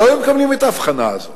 לא היו מקבלים את ההבחנה הזאת.